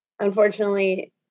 Unfortunately